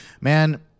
man